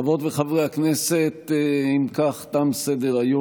חברות וחברי הכנסת, אם כך, תם סדר-היום.